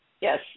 Yes